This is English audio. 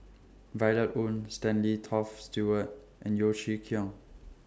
Violet Oon Stanley Toft Stewart and Yeo Chee Kiong